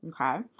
Okay